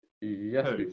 Yes